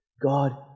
God